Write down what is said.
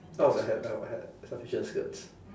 out of the hat I would had sufficient skirts